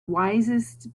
wisest